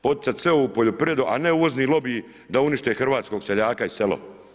Poticati sve ovu poljoprivredu, a ne uvozni lobiji da unište hrvatskog seljaka i selo.